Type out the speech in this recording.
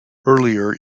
earlier